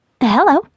Hello